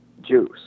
juice